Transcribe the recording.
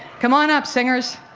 come on up singers.